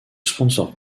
sponsor